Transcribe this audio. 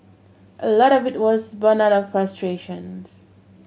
a lot of it was born out of frustrations